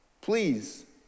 please